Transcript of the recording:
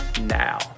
now